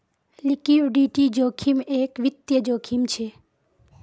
liquidity जोखिम एक वित्तिय जोखिम छे